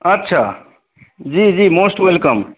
अच्छा जी जी मोस्ट वेलकम